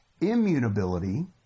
Immutability